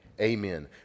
Amen